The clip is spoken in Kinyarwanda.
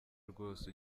rwose